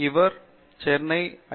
இவர் சென்னை ஐ